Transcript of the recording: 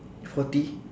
forty